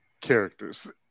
characters